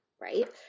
right